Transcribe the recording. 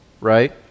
right